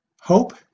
Hope